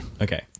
okay